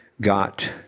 got